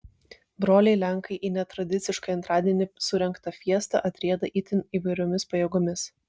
broliai lenkai į netradiciškai antradienį surengtą fiestą atrieda itin įvairiomis pajėgomis